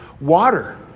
Water